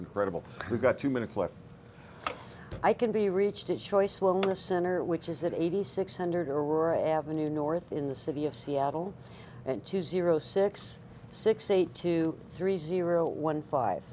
incredible we've got two minutes left i can be reached at choice wellness center which is it eighty six hundred or avenue north in the city of seattle and two zero six six eight two three zero one five